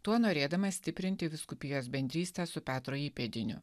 tuo norėdamas stiprinti vyskupijos bendrystę su petro įpėdinio